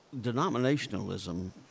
denominationalism